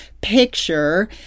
picture